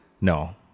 No